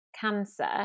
cancer